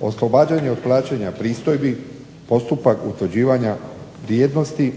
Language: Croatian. oslobađanje od plaćanja pristojbi, postupak utvrđivanja vrijednosti